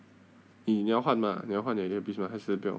你你要换吗你要换你的 earpiece 吗还是不用